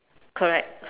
correct